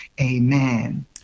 Amen